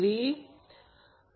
तर VL angle 30o